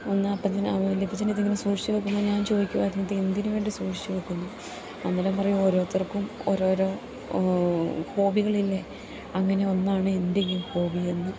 ഒന്ന് വല്യപ്പച്ഛനെന്തെങ്കിലും സൂക്ഷിച്ച് വെക്കുമ്പോൾ ഞാൻ ചോദിക്കുവായിരുന്നു ഇത് എന്തിന് വേണ്ടി സൂക്ഷിച്ച് വെക്കുന്നു അന്നേരം പറയും ഓരോത്തർക്കും ഓരോരോ ഹോബികളില്ലേ അങ്ങനെ ഒന്നാണ് എൻ്റെ ഈ ഹോബിയെന്ന്